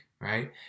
right